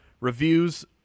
reviews